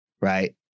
Right